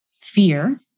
fear